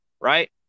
right